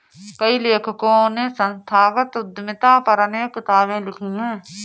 कई लेखकों ने संस्थागत उद्यमिता पर अनेक किताबे लिखी है